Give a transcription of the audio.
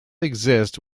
exist